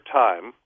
time